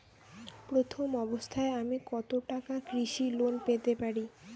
প্রথম অবস্থায় আমি কত টাকা কৃষি লোন পেতে পারি?